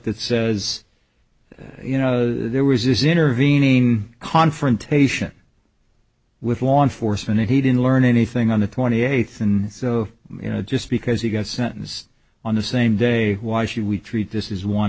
that says you know there was intervening confrontation with law enforcement he didn't learn anything on the twenty eighth and so you know just because he got sentenced on the same day why should we treat this is one